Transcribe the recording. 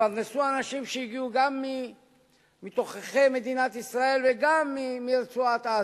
התפרנסו אנשים שהגיעו גם מתוככי מדינת ישראל וגם מרצועת-עזה.